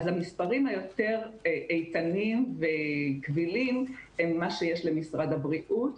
אז המספרים היותר איתנים וכבילים הם מה שיש למשרד הבריאות.